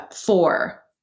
four